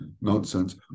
nonsense